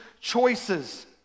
choices